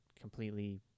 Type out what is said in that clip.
completely